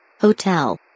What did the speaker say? Hotel